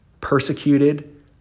Persecuted